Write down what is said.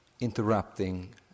interrupting